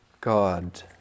God